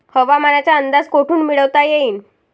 हवामानाचा अंदाज कोठून मिळवता येईन?